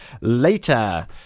later